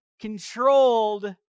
controlled